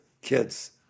kids